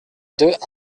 deux